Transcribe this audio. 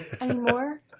anymore